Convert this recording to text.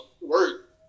work